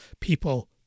people